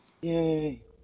Yay